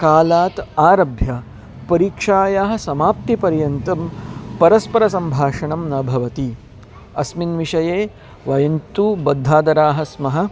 कालात् आरभ्य परीक्षायाः समाप्तिपर्यन्तं परस्परसम्भाषणं न भवति अस्मिन् विषये वयं तु बद्धादराः स्मः